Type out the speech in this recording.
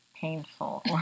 painful